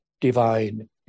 divine